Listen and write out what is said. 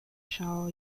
shao